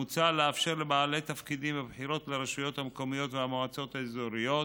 מוצע לאפשר לבעלי תפקידים בבחירות לרשויות המקומיות והמועצות האזוריות,